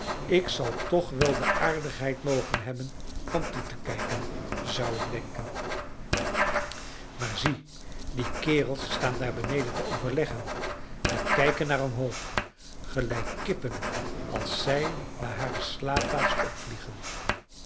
ik zal toch wel de aardigheid mogen hebben van toe te kijken zou ik denken maar zie die kerels staan daar beneden te overleggen en kijken naar omhoog gelijk kippen als zij naar hare slaapplaats opvliegen